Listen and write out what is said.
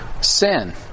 sin